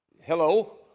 hello